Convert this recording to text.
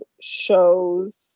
shows